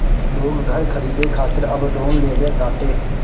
लोग घर खरीदे खातिर अब लोन लेले ताटे